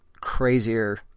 crazier